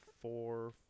four